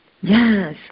Yes